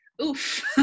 oof